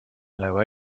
blow